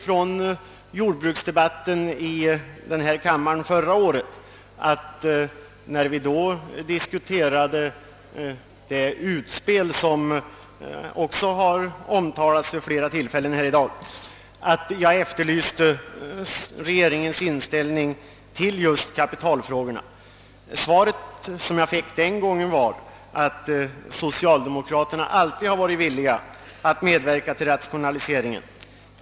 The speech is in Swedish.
Från jordbruksdebatten i denna kammare förra året erinrar jag mig att vi diskuterade det utspel som har berörts vid flera tillfällen i dag. Jag efterlyste därvid regeringens inställning till just kapitalfrågorna. Det svar jag fick var att socialdemokraterna alltid har varit villiga att medverka till rationaliseringar.